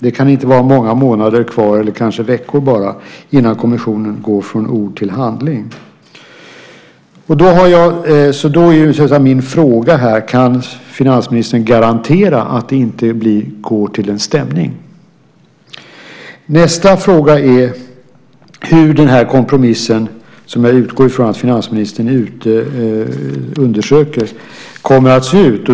Det kan inte vara många månader kvar, kanske bara veckor, innan kommissionen går från ord till handling. Då är min fråga: Kan finansministern garantera att det inte går till en stämning? Nästa fråga är hur den kompromiss som jag utgår från att finansministern undersöker kommer att se ut.